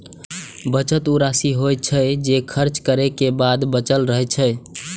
बचत ऊ राशि होइ छै, जे खर्च करै के बाद बचल रहै छै